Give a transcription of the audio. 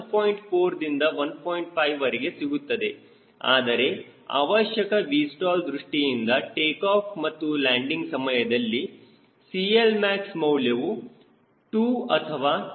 5ವರೆಗೆ ಸಿಗುತ್ತದೆ ಆದರೆ ಅವಶ್ಯಕ Vstall ದೃಷ್ಟಿಯಿಂದ ಟೇಕಾಫ್ ಮತ್ತು ಲ್ಯಾಂಡಿಂಗ್ ಸಮಯದಲ್ಲಿ CLmax ಮೌಲ್ಯವು 2 ಅಥವಾ 2